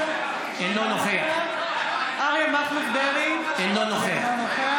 נוכח מאיר כהן, אינו נוכח